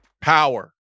Power